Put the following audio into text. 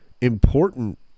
important